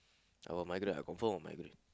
I will migrate I confirm will migrate